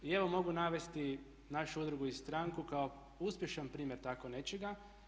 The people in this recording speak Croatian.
Evo mogu navesti našu udrugu i stranku kao uspješan primjer tako nečega.